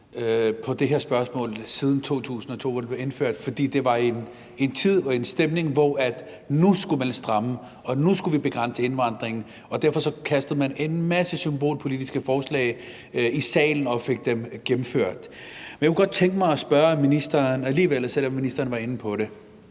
i det her spørgsmål siden 2002, hvor det blev indført, fordi det var i en tid og en stemning, hvor man sagde, at nu skulle man stramme op, og nu skulle vi begrænse indvandringen, og derfor kastede man en masse symbolpolitiske forslag i salen og fik dem gennemført. Selv om ministeren var inde på det,